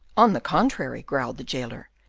on the contrary, growled the jailer,